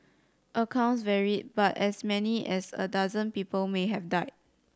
accounts varied but as many as a dozen people may have died